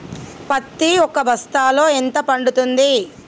పత్తి ఒక బస్తాలో ఎంత పడ్తుంది?